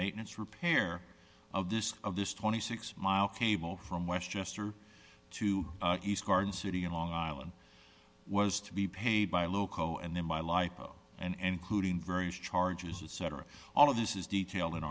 maintenance repair of this of this twenty six mile cable from westchester to east garden city and long island was to be paid by loco and then my life and encoding various charges etc all of this is detail in